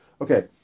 Okay